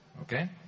Okay